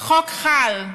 החוק חל,